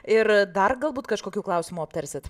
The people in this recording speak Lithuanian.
ir dar galbūt kažkokių klausimų aptarsit